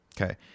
Okay